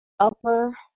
Upper